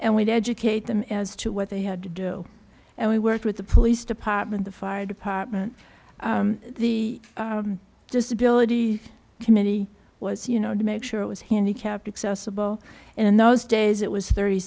and we'd educate them as to what they had to do and we worked with the police department the fire department the disability committee was you know to make sure it was handicapped accessible in those days it was thirty